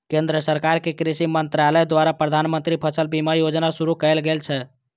केंद्र सरकार के कृषि मंत्रालय द्वारा प्रधानमंत्री फसल बीमा योजना शुरू कैल गेल छै